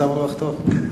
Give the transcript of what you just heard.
מצב הרוח טוב.